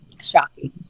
shocking